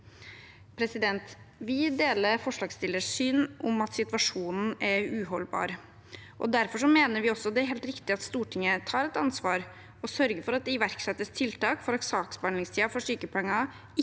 av sin sak. Vi deler forslagsstillernes syn om at situasjonen er uholdbar. Derfor mener vi også det er helt riktig at Stortinget tar et ansvar og sørger for at det iverksettes tiltak for at saksbehandlingstiden for sykepenger ikke overskrider